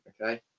Okay